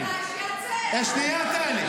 לעשות, רופא שתומך בדאעש, שייעצר.